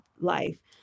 life